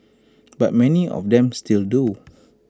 but many of them still do